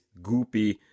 goopy